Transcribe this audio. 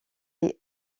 est